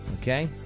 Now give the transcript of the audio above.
Okay